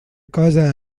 cosa